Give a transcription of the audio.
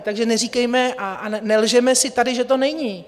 Takže neříkejme a nelžeme si tady, že to není.